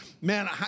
man